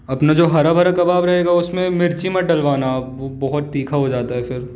अपना जो हरा भरा कबाब रहेगा उस में मिर्ची मत डलवाना आप वो बहुत तीखा हो जाता है फिर